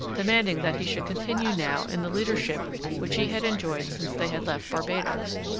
demanding that he should continue now in the leadership which he had enjoyed since they had left barbados,